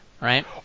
right